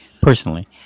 personally